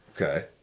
okay